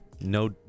no